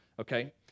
okay